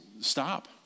Stop